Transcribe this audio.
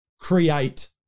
create